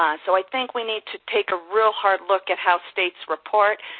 um so, i think we need to take a real hard look at how states report,